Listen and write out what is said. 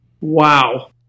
wow